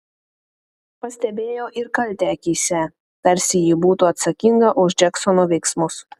pastebėjo ir kaltę akyse tarsi ji būtų atsakinga už džeksono veiksmus